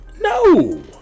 No